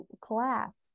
class